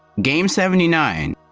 game seventy nine.